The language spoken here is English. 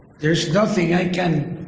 there is nothing i can